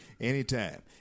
anytime